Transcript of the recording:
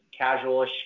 casualish